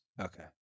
Okay